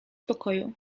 pokoju